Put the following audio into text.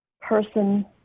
person